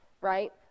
right